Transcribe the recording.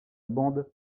bande